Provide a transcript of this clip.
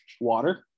water